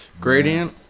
Gradient